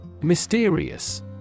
Mysterious